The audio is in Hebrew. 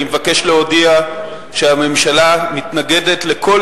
אני מבקש להודיע שהממשלה מתנגדת לכל